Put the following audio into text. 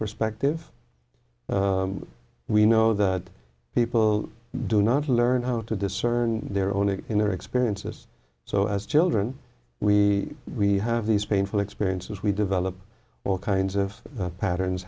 perspective we know that people do not learn how to discern they are only in their experiences so as children we we have these painful experiences we develop all kinds of patterns